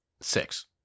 Six